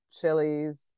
chilies